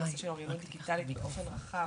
נושא של אוריינות דיגיטלית באופן רחב